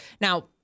Now